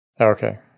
Okay